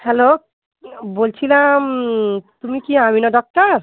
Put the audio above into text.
hello বলছিলাম তুমি কি আমিনা ডাক্তার